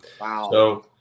Wow